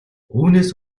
үүнээс